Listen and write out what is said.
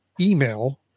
email